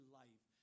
life